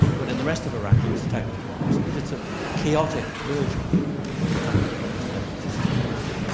but in the rest of iraq there is a type of of democracy but it's a chaotic version of the type of democracy that exists in iran.